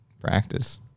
practice